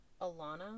Alana